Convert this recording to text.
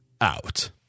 out